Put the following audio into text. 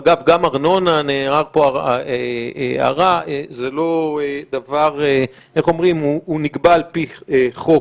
אגב, גם ארנונה, העירו פה הערה, נקבעת על פי חוק.